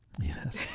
Yes